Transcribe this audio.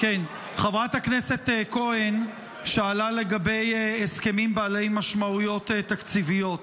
חברת הכנסת כהן שאלה לגבי הסכמים בעלי משמעויות תקציביות.